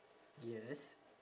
yes